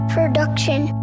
Production